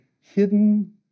hidden